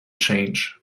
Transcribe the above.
change